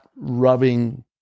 rubbing